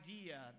idea